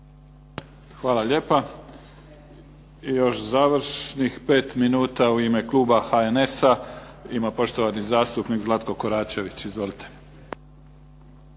Hvala lijepa. I još završnih 5 minuta u ime kluba HNS-a ima poštovani zastupnik Zlatko Koračević. Izvolite.